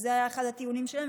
וזה היה אחד הטיעונים שלהם,